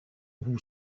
who